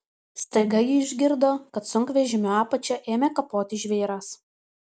staiga ji išgirdo kad sunkvežimio apačią ėmė kapoti žvyras